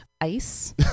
ice